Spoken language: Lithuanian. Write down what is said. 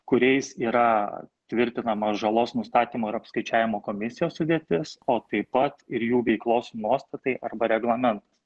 kuriais yra tvirtinama žalos nustatymo ir apskaičiavimo komisijos sudėtis o taip pat ir jų veiklos nuostatai arba reglamentas